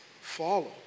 Follow